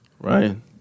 Ryan